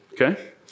Okay